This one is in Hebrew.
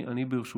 ברשות